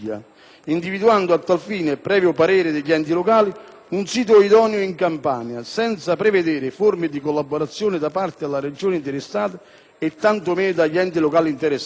individuando a tal fine, previo parere degli enti locali, un sito idoneo in Campania, senza prevedere forme di collaborazione da parte della Regione interessata, tanto meno dagli enti locali interessati.